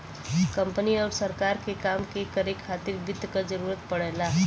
company आउर सरकार के काम के करे खातिर वित्त क जरूरत पड़ला